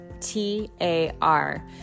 T-A-R